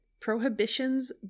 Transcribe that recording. prohibitions